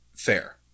Fair